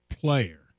player